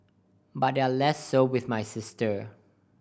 but they're less so with my sister